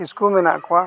ᱠᱤᱥᱠᱩ ᱢᱮᱱᱟᱜ ᱠᱚᱣᱟ